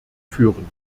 führen